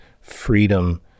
freedom